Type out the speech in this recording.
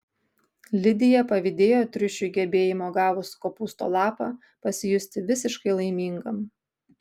lidija pavydėjo triušiui gebėjimo gavus kopūsto lapą pasijusti visiškai laimingam